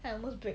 I almost brake